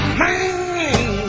man